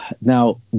now